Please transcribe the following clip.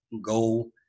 go